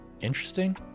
interesting